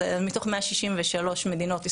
אז מתוך 163 מדינות,